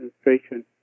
administration